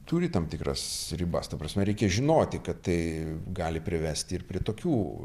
turi tam tikras ribas ta prasme reikia žinoti kad tai gali privesti ir prie tokių